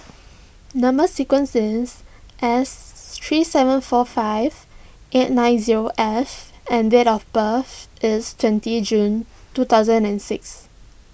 Number Sequence is S three seven four five eight nine zero F and date of birth is twenty June two thousand and six